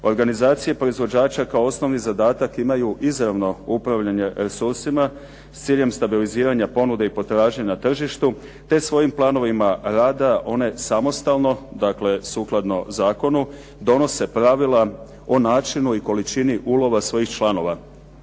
Organizacije proizvođača kao osnovni zadatak imaju izravno upravljanje resursima s ciljem stabiliziranja ponude i potražnje na tržištu, te svojim planovima rada one samostalno, dakle sukladno zakonu donose pravila o načinu i količini ulova svojih članova.